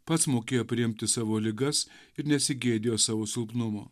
pats mokėjo priimti savo ligas ir nesigėdijo savo silpnumo